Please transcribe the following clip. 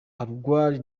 uruguay